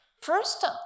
First